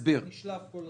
נשלף כל הזמן.